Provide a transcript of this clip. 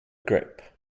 grip